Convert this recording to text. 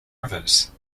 rivers